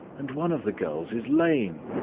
and one of the girls is lame.